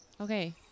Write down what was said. Okay